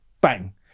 bang